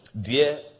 Dear